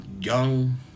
young